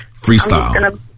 freestyle